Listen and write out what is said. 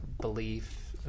belief